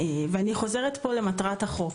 ואני חוזרת פה למטרת החוק,